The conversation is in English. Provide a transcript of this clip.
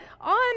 on